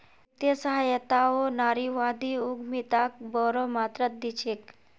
वित्तीय सहायताओ नारीवादी उद्यमिताक बोरो मात्रात दी छेक